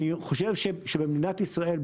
אני חושב שבמדינת ישראל,